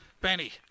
Benny